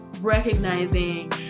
recognizing